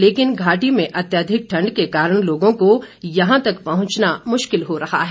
लेकिन घाटी में अत्याधिक ठंड के कारण लोगों को यहां तक पहुंचना मुश्किल हो रहा है